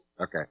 Okay